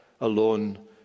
alone